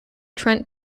trent